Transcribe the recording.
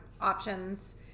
options